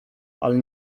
ale